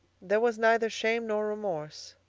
there was neither shame nor remorse.